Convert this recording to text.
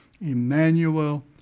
Emmanuel